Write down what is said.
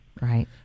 Right